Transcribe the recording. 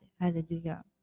Hallelujah